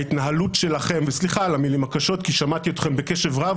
ההתנהלות שלכם וסליחה על המילים הקשות כי שמעתי אתכם בקשב רב